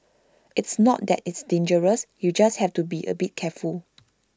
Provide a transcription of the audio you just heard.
it's not that it's dangerous you just have to be A bit careful